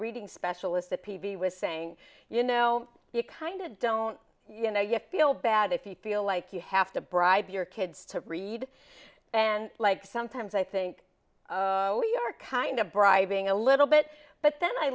reading specialist at p b was saying you know you kind of don't you know you feel bad if you feel like you have to bribe your kids to read and like sometimes i think we are kind of bribing a little bit but then i